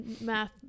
Math